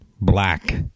Black